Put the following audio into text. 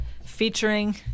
Featuring